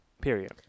Period